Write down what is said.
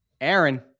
Aaron